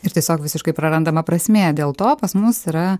ir tiesiog visiškai prarandama prasmė dėl to pas mus yra